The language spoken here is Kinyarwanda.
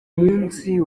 munsi